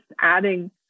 adding